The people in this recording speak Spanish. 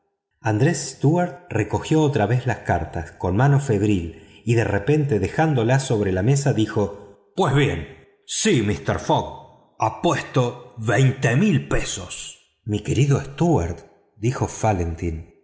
andrés stuart recogió otra vez las cartas con mano febril y de repente dejándolas sobre la mesa dijo pues bien sí mister fogg apuesto cuatro mil libras mi querido stuart dijo